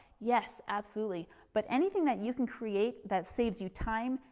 yes, absolutely but anything that you can create that saves you time,